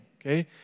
okay